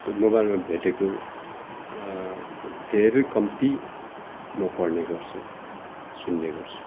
त्यो मोबाइलमा भेटेको धेरै कम्ती म पढ्ने गर्छु म सुन्ने गर्छु